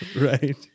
Right